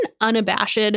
unabashed